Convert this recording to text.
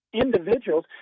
individuals